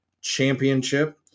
championship